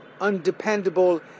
undependable